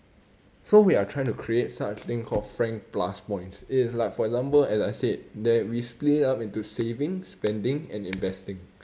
so we are trying to create such a thing called frank plus points it is like for example as I said that we split it up into savings spending and investing